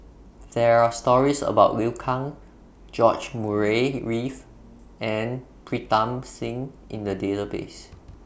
There Are stories about Liu Kang George Murray Reith and Pritam Singh in The Database